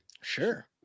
Sure